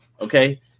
okay